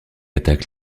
attaque